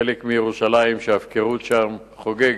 חלק מירושלים, שההפקרות שם חוגגת.